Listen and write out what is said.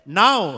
now